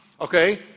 okay